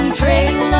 trail